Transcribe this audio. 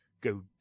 go